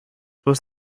was